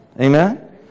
Amen